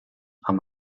amb